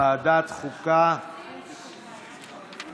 לוועדה שתקבע ועדת הכנסת נתקבלה.